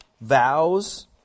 vows